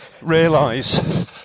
realise